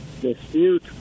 dispute